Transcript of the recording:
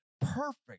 perfect